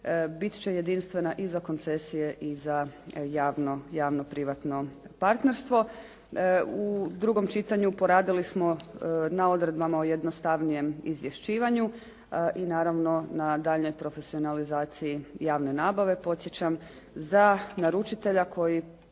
biti će jedinstvena i za koncesije i za javno-privatno partnerstvo. U drugom čitanju poradili smo na odredbama o jednostavnijem izvješćivanju i naravno na daljnjoj profesionalizaciji javne nabave, podsjećam za naručitelja koji